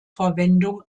verwendung